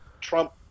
Trump